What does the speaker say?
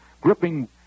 gripping